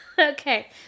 Okay